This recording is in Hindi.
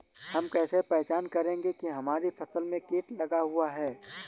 हम कैसे पहचान करेंगे की हमारी फसल में कीट लगा हुआ है?